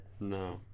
No